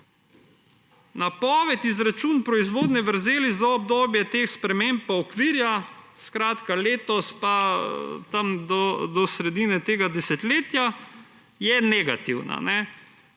Napoved, izračun proizvodne vrzeli za obdobje teh sprememb in okvira je letos pa tam do sredine tega desetletja negativen.